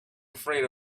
afraid